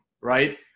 right